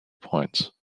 points